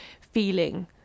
feeling